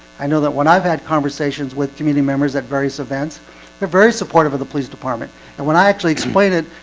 i know that when i've had conversations with community members at various events they're very supportive of the police department and when i actually explain it,